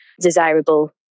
desirable